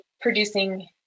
producing